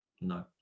no